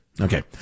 Okay